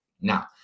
Now